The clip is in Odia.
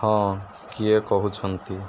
ହଁ କିଏ କହୁଛନ୍ତି